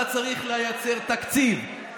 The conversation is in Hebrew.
אתה צריך לייצר תקציב,